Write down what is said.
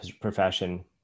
profession